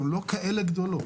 הן לא כאלה גדולות,